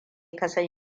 kasan